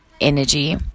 energy